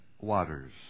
waters